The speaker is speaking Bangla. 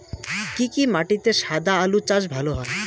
কি কি মাটিতে সাদা আলু চাষ ভালো হয়?